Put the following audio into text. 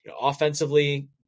offensively